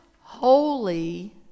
holy